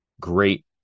great